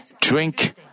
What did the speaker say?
drink